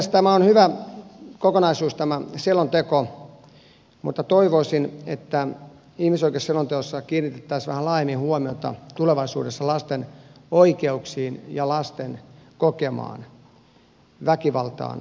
tämä on hyvä kokonaisuus tämä selonteko mutta toivoisin että ihmisoikeusselonteossa kiinnitettäisiin vähän laajemmin huomiota tulevaisuudessa lasten oikeuksiin ja lasten kokemaan väkivaltaan ja uhkaan